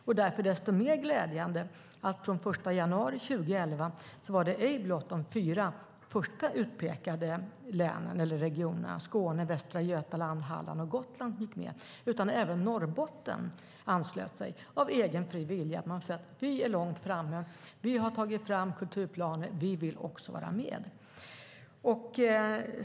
Därför var det desto mer glädjande att från den 1 januari 2011 var det ej blott de fyra första utpekade regionerna Skåne, Västra Götaland, Halland och Gotland som gick med, utan även Norrbotten anslöt sig av egen fri vilja. Man sade: Vi är långt framme. Vi har tagit fram kulturplaner, och vi vill också vara med.